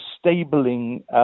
stabilizing